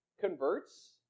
converts